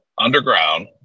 underground